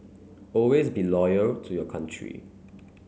always be loyal to your country